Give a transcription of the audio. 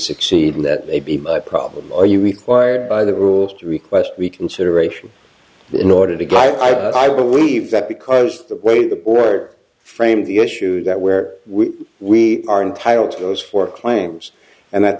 succeed in that they be my problem are you required by the rules to request reconsideration in order to get i believe that because the way the board framed the issue that where we we are entitled to those four claims and that